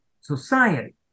society